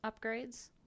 upgrades